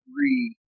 three